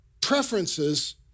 Preferences